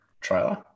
trailer